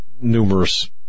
numerous